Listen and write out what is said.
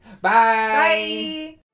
Bye